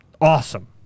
awesome